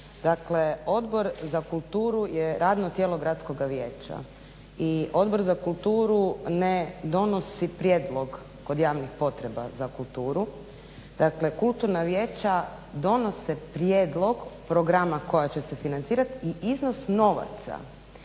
Dakle, Odbor za kulturu je radno tijelo Gradskoga vijeća. I Odbor za kulturu ne donosi prijedlog kod javnih potreba za kulturu, dakle kulturna vijeća donose prijedlog programa koji će se financirati i iznos novaca